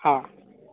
हा